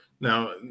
Now